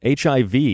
HIV